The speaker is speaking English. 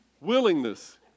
Willingness